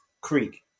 Creek